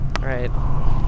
Right